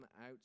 out